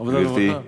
העבודה והרווחה?